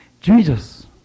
Jesus